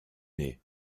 mai